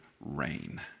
rain